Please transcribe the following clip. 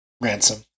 Ransom